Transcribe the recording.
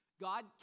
God